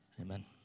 amen